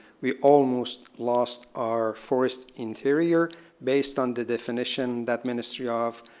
we almost lost our forest interior based on the definition that ministry ah have,